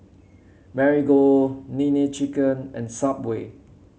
Marigold Nene Chicken and Subway